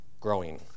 growing